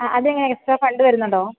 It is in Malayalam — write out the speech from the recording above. ആ അതെങ്ങനെയാണ് എക്സ്ട്രാ ഫണ്ട് വരുന്നുണ്ടോ